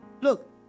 look